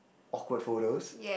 awkward photos